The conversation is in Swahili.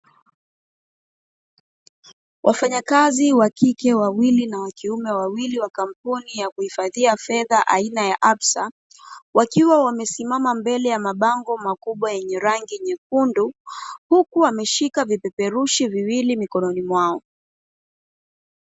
Wafanyakazi wa kike wawili na wa kiume wawili wa kampuni ya kuhifadhia fedha aina "Absa", wakiwa wamesimama mbele ya mabango makubwa yenye rangi nyekundu, huku wameshika vipeperushi viwili mikononi mwao.